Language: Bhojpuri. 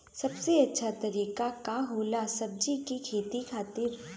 सबसे अच्छा तरीका का होला सब्जी के खेती खातिर?